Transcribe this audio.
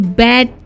bad